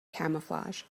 camouflage